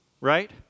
right